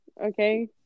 Okay